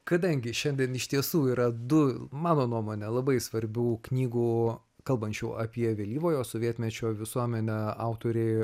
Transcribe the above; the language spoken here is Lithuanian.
kadangi šiandien iš tiesų yra du mano nuomone labai svarbių knygų kalbančių apie vėlyvojo sovietmečio visuomenę autoriai